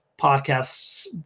podcasts